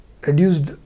reduced